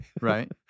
right